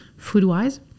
FoodWise